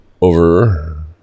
over